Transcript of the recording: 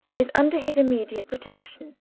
is under his immediate protection.